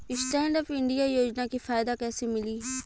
Stand up India योजना के फायदा कैसे मिली?